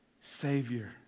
Savior